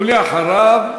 ואחריו,